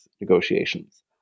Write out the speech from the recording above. negotiations